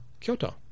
Kyoto